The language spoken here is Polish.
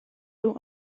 był